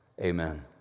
amen